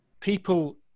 people